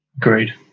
Agreed